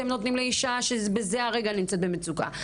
אתם נותנים לאישה שבזה הרגע נמצאת במצוקה.